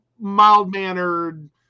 mild-mannered